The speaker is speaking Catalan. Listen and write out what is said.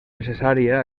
necessària